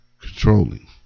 controlling